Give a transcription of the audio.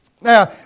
Now